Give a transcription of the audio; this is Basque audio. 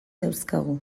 dauzkagu